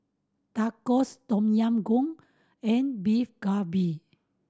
Tacos Tom Yam Goong and Beef Galbi